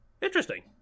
interesting